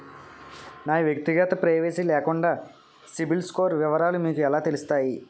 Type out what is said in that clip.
నా వ్యక్తిగత ప్రైవసీ లేకుండా సిబిల్ స్కోర్ వివరాలు మీకు ఎలా తెలుస్తాయి?